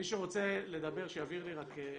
מי שרוצה לדבר שיעביר לי פתק.